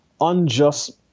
unjust